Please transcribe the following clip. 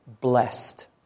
blessed